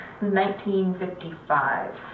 1955